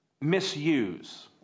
Misuse